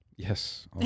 Yes